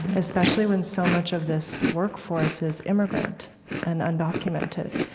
especially when so much of this workforce is immigrant and undocumented.